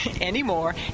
anymore